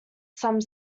some